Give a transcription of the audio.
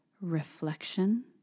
reflection